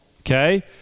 okay